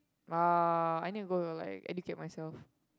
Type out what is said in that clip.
uh I need to go and like educate myself